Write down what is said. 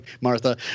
Martha